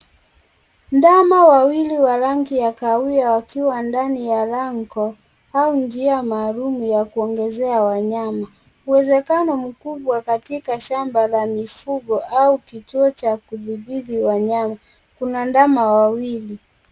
Ndama wawili wa rangi ya kahawia wakiwa ndani ya lango au njia maalum ya kuongezea wanyama, uwezekano mkubwa katika shamba la mifugo au kituo cha kudhabiti wanyama, kuna ndama wawili.